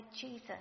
Jesus